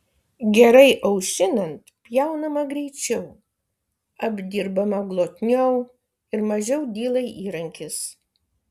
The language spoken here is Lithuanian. gerai aušinant pjaunama greičiau apdirbama glotniau ir mažiau dyla įrankis